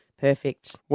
perfect